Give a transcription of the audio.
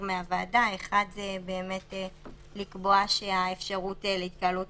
מהוועדה: אחד זה באמת לקבוע שהאפשרות להתקהלות